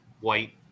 white